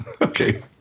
Okay